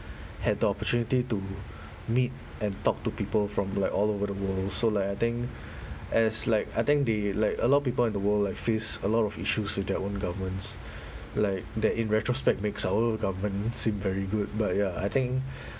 had the opportunity to meet and talk to people from like all over the world so like I think as like I think they like a lot of people in the world like face a lot of issues with their own governments like that in retrospect makes our government seem very good but ya I think